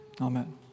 Amen